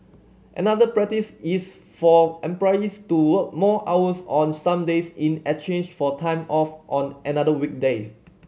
another practice is for employees to work more hours on some days in exchange for time off on another weekday